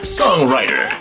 songwriter